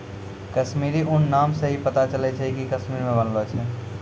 कश्मीरी ऊन नाम से ही पता चलै छै कि कश्मीर मे बनलो छै